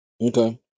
Okay